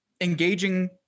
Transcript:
engaging